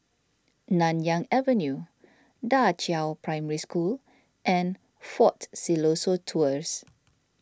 Nanyang Avenue Da Qiao Primary School and fort Siloso Tours